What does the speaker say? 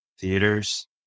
Theaters